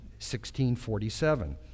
1647